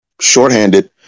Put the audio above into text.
shorthanded